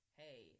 hey